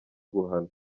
guhana